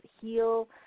heal